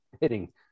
hitting